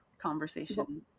conversation